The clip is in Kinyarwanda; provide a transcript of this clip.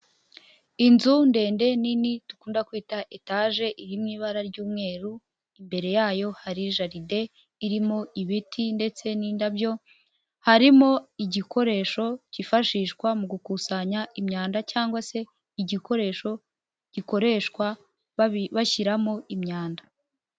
Inzu ndende nini dukunda kwita etaje iri mu ibara ry'umweru, imbere yayo hari jaride irimo ibiti ndetse n'indabyo, harimo igikoresho kifashishwa mu gukusanya imyanda cyangwa se igikoresho gikoreshwa bashyiramo imyanda.